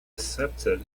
accepted